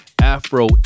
Afro